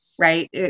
right